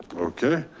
okay.